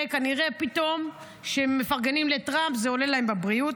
כנראה פתאום כשמפרגנים לטראמפ זה עולה להם בבריאות.